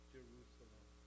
Jerusalem